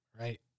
Right